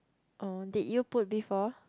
oh did you put before